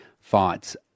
fights